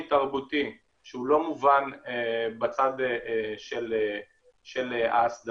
תרבותי שהוא לא מובן בצד של ההסדרה,